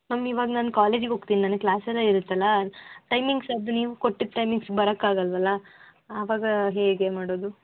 ma'am ಇವಾಗ ನಾನು ಕಾಲೇಜಿಗೆ ಹೋಗ್ತೀನಿ ನನಗೆ ಕ್ಲಾಸೆಲ್ಲ ಇರುತ್ತಲ್ಲ ಟೈಮಿಂಗ್ಸ್ ಅದು ನೀವು ಕೊಟ್ಟಿದ್ದ ಟೈಮಿಂಗ್ಸ್ ಬರಕ್ಕಾಗಲ್ವಲ್ಲ ಆವಾಗ ಹೇಗೆ ಮಾಡೋದು